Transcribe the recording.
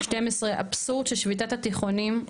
אבסורד ששביתת התיכונים,